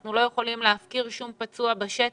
אנחנו לא יכולים להפקיר שום פצוע בשטח.